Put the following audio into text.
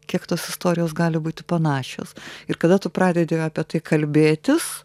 kiek tos istorijos gali būti panašios ir kada tu pradedi apie tai kalbėtis